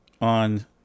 on